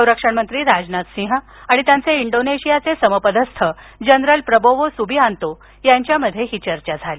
संरक्षणमंत्री राजनाथ सिंह आणि त्यांचे इंडोनेशियाचे समपदस्थ जनरल प्रबोवो सुबिआंतो यांच्यामध्ये ही चर्चा झाली